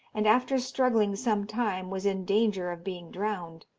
and after struggling some time was in danger of being drowned.